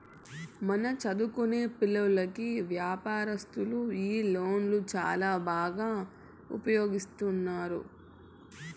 మన చదువుకొనే పిల్లోల్లకి వ్యాపారస్తులు ఈ లోన్లు చాలా బాగా ఉపయోగిస్తున్నాము